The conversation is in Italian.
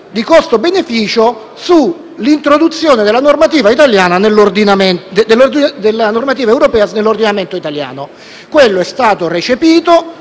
di costo-beneficio dell'introduzione della normativa europea nell'ordinamento italiano. È stato recepito